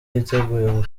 yiteguye